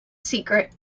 secret